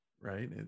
right